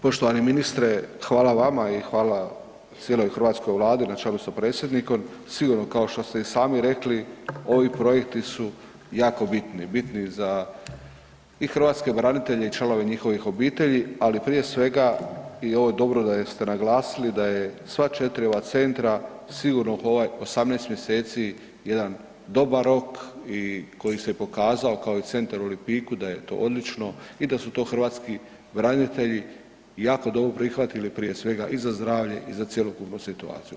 Poštovani ministre, hvala vam i hvala cijeloj hrvatskoj Vladi na čelu sa predsjednikom, sigurno kao što ste i sami rekli, ovi projekti su jako bitni, bitno za i hrvatske branitelje i članove njihovih obitelji ali prije svega i ovo je dobro da ste naglasili da je sva 4 ova centra, sigurno ovih 18 mj. jedan dobar rok i koji se pokazao kao i centar u Lipiku da je to odlično i da su to hrvatski branitelji jako dobro prihvatili prije svega i zdravlje i za cjelokupnu situaciji.